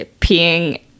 peeing